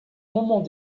moments